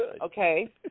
Okay